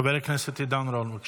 חבר הכנסת עידן רול, בבקשה,